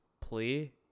play